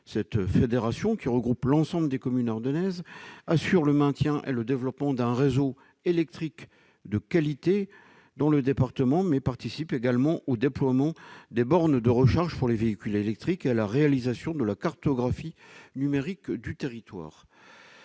cette fédération, qui regroupe l'ensemble des communes ardennaises, assure le maintien et le développement d'un réseau électrique de qualité dans le département, mais participe également au déploiement des bornes de recharge pour les véhicules électriques et à la réalisation de la cartographie numérique du territoire.